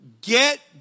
get